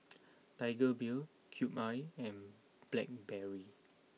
Tiger Beer Cube I and Blackberry